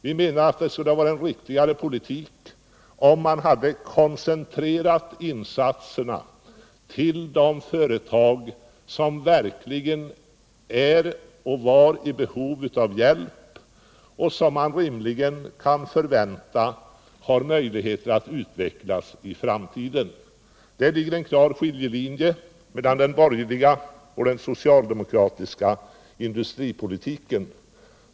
Vi menar att det skulle ha varit en riktigare politik om man hade koncentrerat insatserna till de företag som verkligen var — och är — i behov av hjälp och som rimligen kan förväntas ha möjligheter att utvecklas i framtiden. Här finns en klar skiljelinje mellan borgerlig och socialdemokratisk industripolitik.